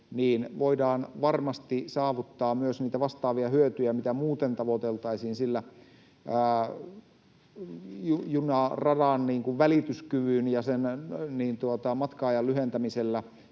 voidaan varmasti saavuttaa myös niitä vastaavia hyötyjä, mitä muuten tavoiteltaisiin sillä junaradan välityskyvyn ja matka-ajan lyhentämisellä.